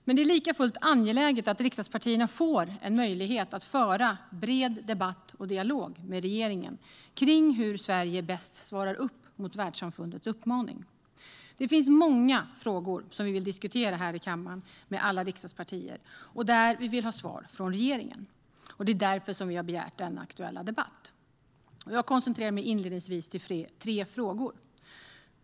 Men det är lika fullt angeläget att riksdagspartierna får möjlighet att föra en bred debatt och dialog med regeringen kring hur Sverige bäst svarar upp mot världssamfundets uppmaning. Det finns många frågor som vi vill diskutera här i kammaren med alla riksdagspartier och där vi vill ha svar från regeringen. Det är därför som vi har begärt denna aktuella debatt. Jag koncentrerar mig inledningsvis på tre frågor.